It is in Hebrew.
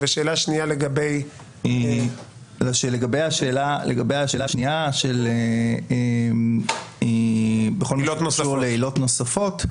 לגבי השאלה השנייה לגבי עילות נוספות.